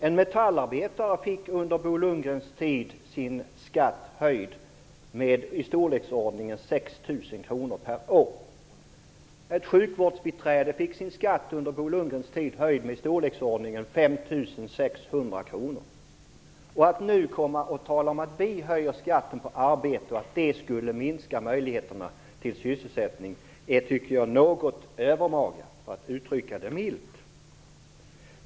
En metallarbetare fick under Bo Lundgrens tid sin skatt höjd med i storleksordningen 6 000 kr per år. Ett sjukvårdsbiträde fick under Bo Lundgrens tid sin skatt höjd med i storleksordningen 5 600 kr per år. Att nu komma och tala om att vi höjer skatten på arbete och att det skulle minska möjligheterna till sysselsättning är något övermaga, för att uttrycka det milt.